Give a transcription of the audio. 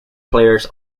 players